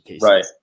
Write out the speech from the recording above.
Right